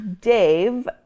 Dave